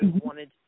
wanted